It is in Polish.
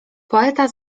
poeta